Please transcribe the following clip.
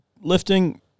Lifting